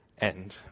end